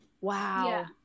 Wow